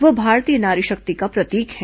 वह भारतीय नारी शक्ति का प्रतीक हैं